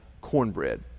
cornbread